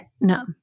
no